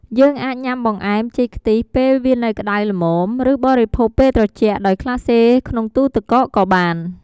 យើងអាចញុំាបង្អែម ចេកខ្ទិះ ពេលវានៅក្តៅល្មម ឬ បរិភោគពេលត្រជាក់ដោយក្លាសេក្នុងទូរទឹកកកក៏បាន។